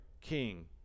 king